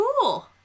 cool